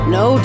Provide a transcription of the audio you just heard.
no